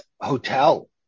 hotel